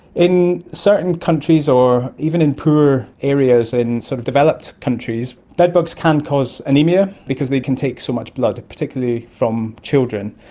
in certain countries or even in poor areas in sort of developed countries bedbugs can cause anaemia because they can take so much blood, particularly from children.